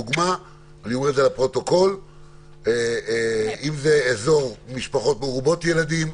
דוגמה: אם זה אזור של משפחות מרובות ילדים,